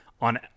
on